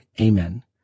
Amen